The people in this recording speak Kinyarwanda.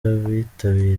abitabiriye